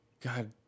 God